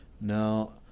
Now